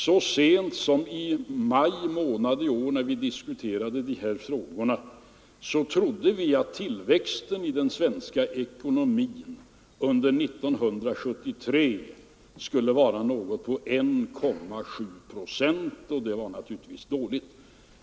Så sent som i maj månad i år, när vi diskuterade dessa frågor, trodde vi att tillväxten i den svenska ekonomin under 1973 skulle uppgå till ca 1,7 procent, och det var naturligtvis dåligt.